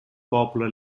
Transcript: popular